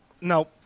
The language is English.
No